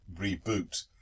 reboot